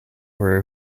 were